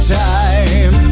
time